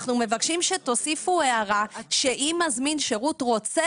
אנחנו מבקשים שתוסיפו הערה שאם מזמין שירות רוצה